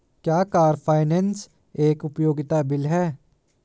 क्या car finance एक उपयोगिता बिल है?